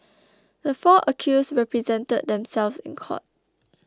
the four accused represented themselves in court